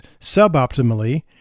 suboptimally